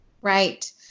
right